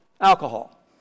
alcohol